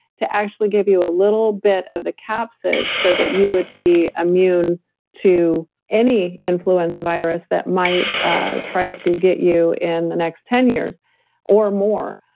to actually give you a little bit of the capsid so you would be immune to any influenza virus that might try to get you in the next ten years or more.